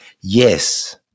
Yes